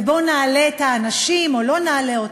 ובואו נעלה את האנשים או לא נעלה אותם.